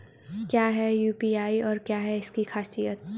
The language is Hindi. क्या है यू.पी.आई और क्या है इसकी खासियत?